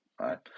right